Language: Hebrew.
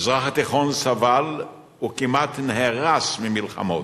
המזרח התיכון סבל וכמעט נהרס ממלחמות,